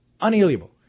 Unalienable